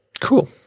Cool